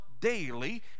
daily